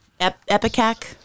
epicac